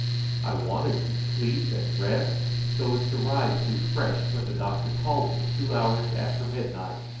i wanted to sleep and rest, so as to rise refreshed when the doctor called me two hours after midnight,